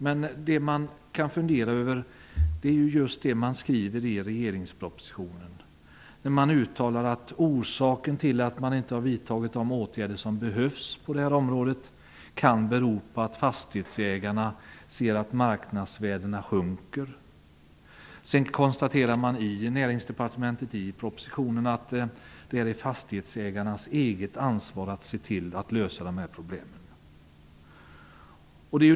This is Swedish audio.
Men vi kan fundera över det som står i regeringspropositionen om att orsaken till att man inte har vidtagit de åtgärder som behövs på området kan vara att fastighetsägarna ser att marknadsvärdena sjunker. Vidare konstaterar Näringsdepartementet i propositionen att det är fastighetsägarnas eget ansvar att se till att problemen blir lösta.